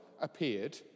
appeared